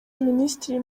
minisitiri